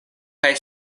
kaj